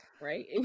right